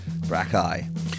Brackeye